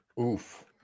Oof